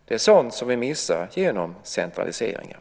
Det är sådant som vi missar genom centraliseringen.